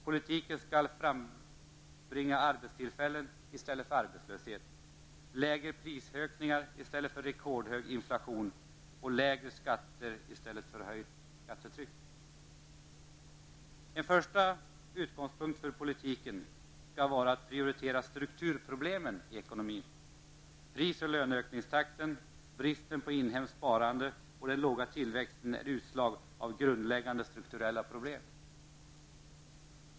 Politiken skall frambringa arbetstillfällen i stället för arbetslöshet, lägre prisökningar i stället för rekordhög inflation och lägre skatter i stället för höjt skattetryck. En första utgångspunkt för politiken skall vara att prioritera strukturproblemen i ekonomin. Pris och löneökningstakten, bristen på inhemskt sparande och den låga tillväxten är utslag av grundläggande strukturella problem.